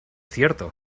cierto